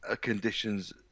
conditions